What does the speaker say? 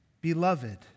Beloved